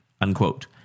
Unquote